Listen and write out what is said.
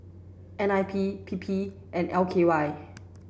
N I P P P and L K Y